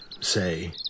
say